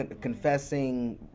confessing